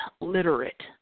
literate